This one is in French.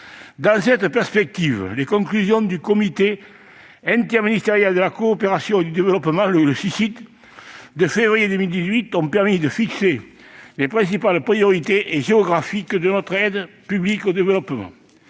Dans cette perspective, les conclusions du Comité interministériel de la coopération internationale et du développement, le Cicid, de février 2018 ont permis de fixer les priorités politiques et géographiques de notre aide publique au développement.